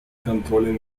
контролем